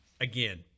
again